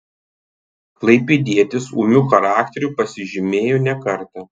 klaipėdietis ūmiu charakteriu pasižymėjo ne kartą